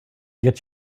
get